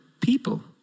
people